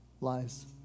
lies